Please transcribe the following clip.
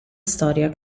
storia